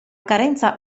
carenza